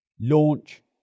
launch